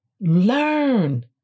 Learn